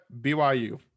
BYU